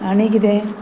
आनी कितें